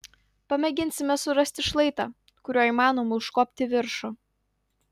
pamėginsime surasti šlaitą kuriuo įmanoma užkopti į viršų